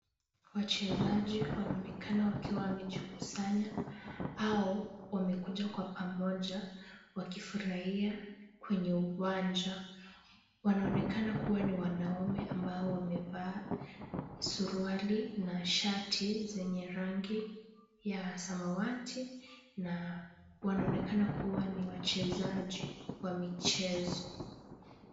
Wachezaji wanaonekana wakiwa wamejikusanya au wamekuja kwa pamoja wakifurahia kwenye uwanja. Wanaonekana kuwa ni wanaume ambao wamevaa suruali na shati zenye rangi ya samawati na wanaonekana kuwa ni wachezaji wa michezo.